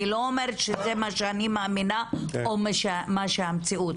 אני לא אומרת שזה מה שאני מאמינה או מה שהמציאות,